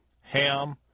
Ham